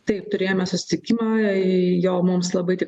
taip turėjome susitikimą jo mums labai